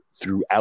throughout